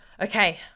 okay